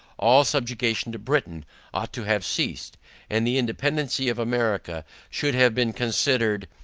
all subjection to britain ought to have ceased and the independancy of america, should have been considered,